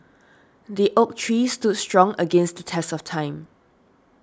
the oak tree stood strong against the test of time